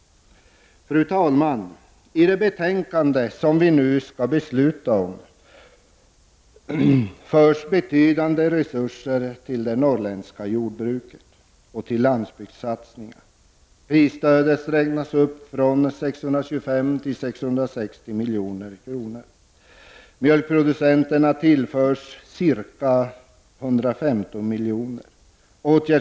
Fru talman! I det betänkande som vi nu skall fatta beslut om förs betydande resurser till det norrländska jordbruket och till landsbygdssatsningar. Prisstödet räknas upp från 625 milj.kr. till 660 milj.kr. per år. Mjölkproducenterna tillförs ca 115 milj.kr.